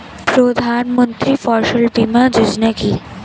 প্রধানমন্ত্রী ফসল বীমা যোজনা কি?